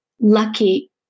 lucky